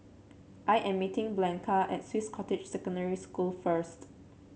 I am meeting Blanca at Swiss Cottage Secondary School first